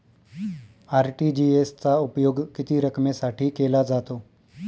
RTGS चा उपयोग किती रकमेसाठी केला जातो?